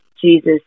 Jesus